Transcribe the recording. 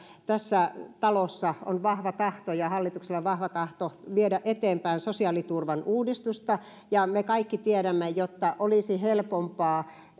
tässä talossa on vahva tahto ja ja hallituksella on vahva tahto viedä eteenpäin sosiaaliturvan uudistusta ja me kaikki tiedämme että olisi helpompaa